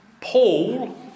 Paul